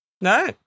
No